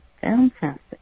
fantastic